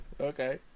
Okay